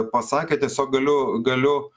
pasakė tiesiog galiu galiu